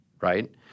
right